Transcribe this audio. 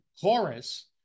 chorus